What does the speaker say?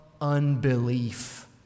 unbelief